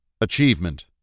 Achievement